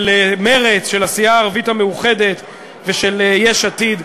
של מרצ, של הסיעה הערבית המאוחדת ושל יש עתיד: